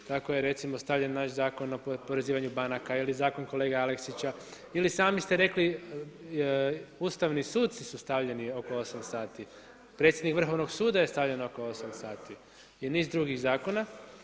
Tako je recimo stavljen naš zakon o oporezivanju banaka ili zakon kolega Aleksića, ili sami ste rekli ustavni suci su stavljeni oko osam sati, predsjednik Vrhovnog suda je stavljen oko osam sati i niz drugih zakona.